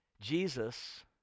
Jesus